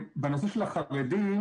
בנושא של החרדים